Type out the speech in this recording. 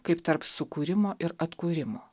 kaip tarp sukūrimo ir atkūrimo